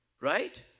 Right